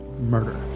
murder